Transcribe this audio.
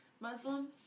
Muslims